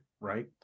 right